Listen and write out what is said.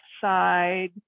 side